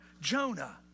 Jonah